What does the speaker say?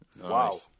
Wow